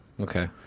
Okay